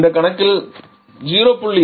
இந்த கணக்கில் 0